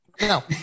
No